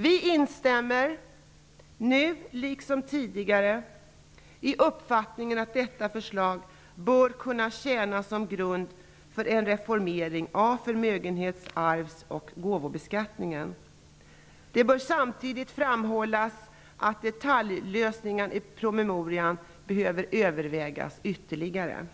Vi instämmer nu liksom tidigare i uppfattningen att detta förslag bör kunna tjäna som grund för en reformering av förmögenhets-, arvs och gåvobeskattningen. Det bör samtidigt framhållas att detaljlösningar i promemorian behöver övervägas ytterligare.